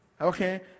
Okay